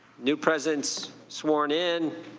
new president sworn in,